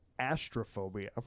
astrophobia